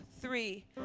three